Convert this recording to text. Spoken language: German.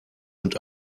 und